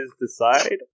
decide